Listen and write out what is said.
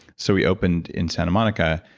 so we opened in santa monica,